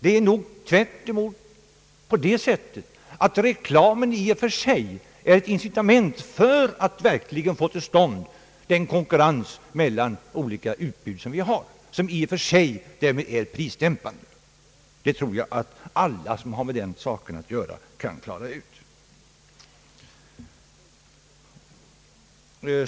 Det är nog tvärtom så att reklamen är ett incitament till den konkurrens mellan olika utbud som vi har och som i och för sig är prisdämpande, Det tror jag att alla som har med den saken att göra kan räkna ut.